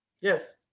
Yes